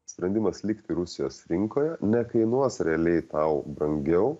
sprendimas likti rusijos rinkoje nekainuos realiai tau brangiau